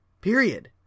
Period